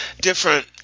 different